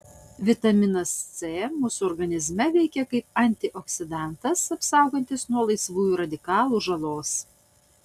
vitaminas c mūsų organizme veikia kaip antioksidantas apsaugantis nuo laisvųjų radikalų žalos